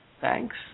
Thanks